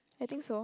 I think so